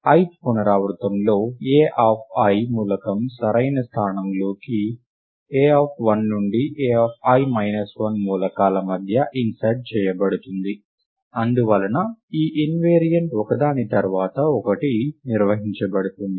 ith పునరావృతంలో Ai మూలకం సరైన స్థానంలోకి a1 నుండి a i 1 మూలకాల మధ్య ఇన్సర్ట్ చేయబడింది అందువలన ఈ ఇన్వెరియంట్ ఒకదాని తర్వాత మరొకటి నిర్వహించబడుతుంది